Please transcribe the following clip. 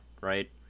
right